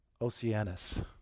Oceanus